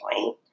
point